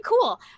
cool